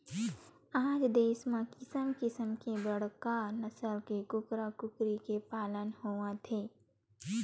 आज देस म किसम किसम के बड़का नसल के कूकरा कुकरी के पालन होवत हे